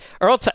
Earl